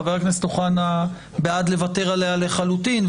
חבר הכנסת אוחנה בעד לוותר עליה לחלוטין.